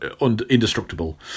Indestructible